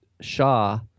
shah